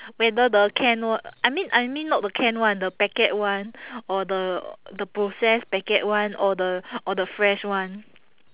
whether the can o~ I mean I mean not the can [one] the packet [one] or the the processed packet [one] or the or the fresh [one]